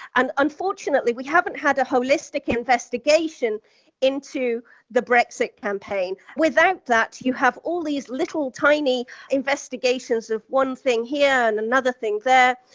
and unfortunately, we haven't had a holistic investigation into the brexit campaign. without that, you have all these little tiny investigations of one thing here and another thing there,